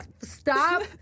stop